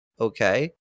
okay